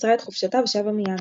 קיצרה את חופשתה ושבה מיד.